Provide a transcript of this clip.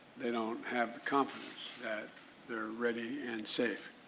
they don't have the confidence that they are ready and safe.